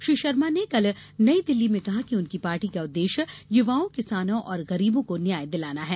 श्री शर्मा ने कल नईदिल्ली में कहा कि उनकी पार्टी का उद्देश्य युवाओं किसानों और गरीबों को न्याय दिलाना है